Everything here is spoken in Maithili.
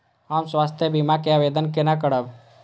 हम स्वास्थ्य बीमा के आवेदन केना करब?